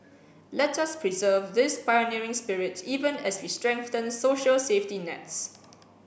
let us preserve this pioneering spirit even as we strengthen social safety nets